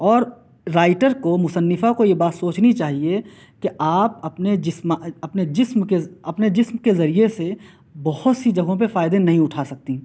اور رائٹر کو مصنفہ کو یہ بات سوچنی چاہیے کہ آپ اپنے جسم اپنے جسم کے اپنے جسم کے ذریعے سے بہت سی جگہوں پہ فائدے نہیں اُٹھا سکتی